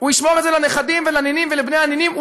הוא ישמור את זה לנכדים ולנינים ולבני הנינים.